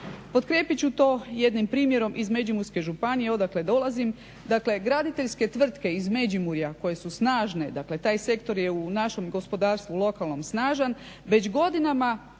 Potkrijepit ću to jednim primjerom iz Međimurske županije odakle dolazim. Dakle, graditeljske tvrtke iz Međimurja koje su snažne, dakle taj sektor je u našem gospodarstvu, lokalnom snažan već godinama